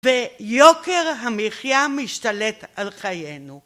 ויוקר המחיה משתלט על חיינו